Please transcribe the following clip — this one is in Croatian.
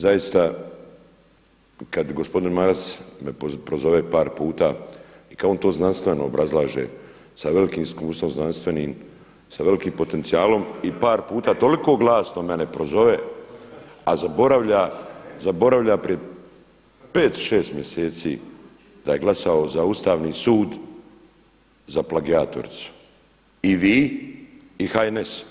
Zaista kad gospodin Maras me prozove par puta i kad on to znanstveno obrazlaže sa velikim iskustvom znanstvenim, sa velikim potencijalom i par puta toliko glasno mene prozove, a zaboravlja prije pet, šest mjeseci da je glasao za Ustavni sud za plagijatoricu i vi i HNS.